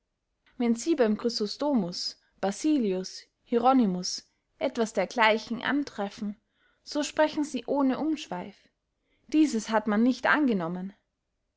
wenn sie beym chrysostomus basilius hieronymus etwas dergleichen antreffen so sprechen sie ohne umschweif dieses hat man nicht angenommen